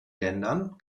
ländern